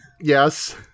Yes